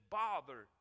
bother